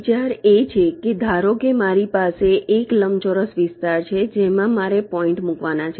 વિચાર એ છે કે ધારો કે મારી પાસે એક લંબચોરસ વિસ્તાર છે જેમાં મારે પોઈન્ટ મૂકવાના છે